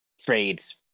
trades